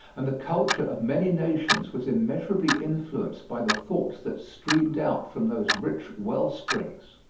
and the culture of many nations was immeasurably influenced by the thoughts that streamed out from those rich well-springs.